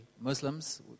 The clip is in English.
Muslims